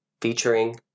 featuring